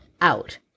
out